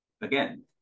again